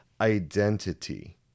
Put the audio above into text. identity